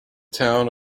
town